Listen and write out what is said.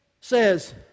says